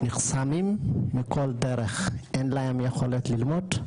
נחסמים מכל דרך, אין להם יכולת ללמוד,